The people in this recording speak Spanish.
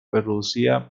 producida